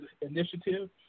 initiative